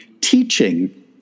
teaching